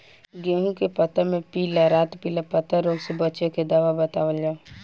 गेहूँ के पता मे पिला रातपिला पतारोग से बचें के दवा बतावल जाव?